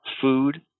food